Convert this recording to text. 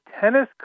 tennis